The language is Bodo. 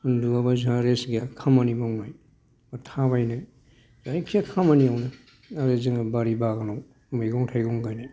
उन्दुयाबा जोंहा रेस्ट गैया खामानि मावनाय थाबायनाय जायखिजाया खामानियावनो आरो जोङो बारि बागानाव मैगं थायगं गायनाय